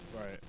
Right